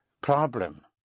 problem